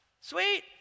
sweet